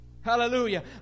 Hallelujah